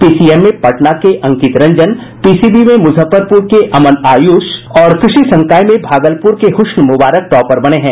PCM में पटना के Ankit Ranjan PCB में मुजफ्फरपुर के अमन आयुष और कृषि संकाय में भागलपुर के हुस्न मुबारक टॉपर बने हैं